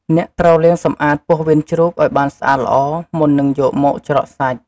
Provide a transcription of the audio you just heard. អ្នកត្រូវលាងសម្អាត ពោះវៀនជ្រូក ឱ្យបានស្អាតល្អមុននឹងយកមកច្រកសាច់។